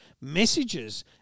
messages